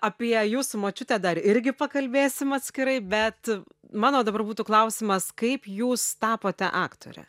apie jūsų močiutę dar irgi pakalbėsim atskirai bet mano dabar būtų klausimas kaip jūs tapote aktore